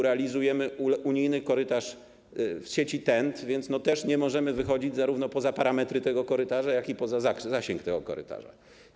Realizujemy unijny korytarz w sieci TEN-T, więc też nie możemy wychodzić zarówno poza parametry tego korytarza, jak i poza zasięg tego korytarza.